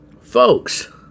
Folks